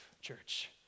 church